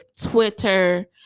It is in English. Twitter